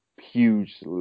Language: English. huge